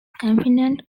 confident